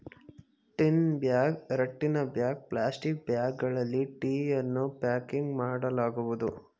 tin bag, ರಟ್ಟಿನ bag, plastic ಬ್ಯಾಗ್ಗಳಲ್ಲಿ ಟೀಯನ್ನು ಪ್ಯಾಕಿಂಗ್ ಮಾಡಲಾಗುವುದು